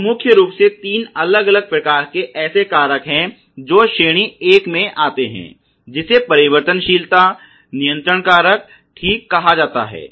तो मुख्य रूप से तीन अलग अलग प्रकार के ऐसे कारक हैं जो श्रेणी एक में आते हैं जिसे परिवर्तनशीलता नियंत्रण कारक ठीक कहा जाता है